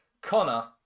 Connor